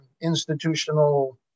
institutional